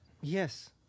Yes